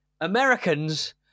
americans